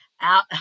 out